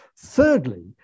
Thirdly